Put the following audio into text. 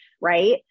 Right